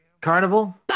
Carnival